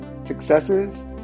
successes